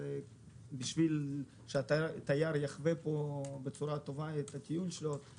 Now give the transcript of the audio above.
כדי שהתייר יחווה את הטיול שלנו בצורה טובה צריכה